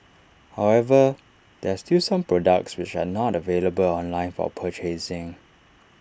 however there are still some products which are not available online for purchasing